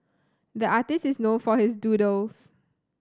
the artist is known for his doodles